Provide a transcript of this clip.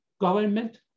government